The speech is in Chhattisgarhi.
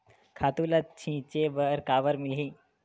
खातु ल छिंचे बर काबर मिलही?